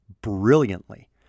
brilliantly